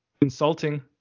insulting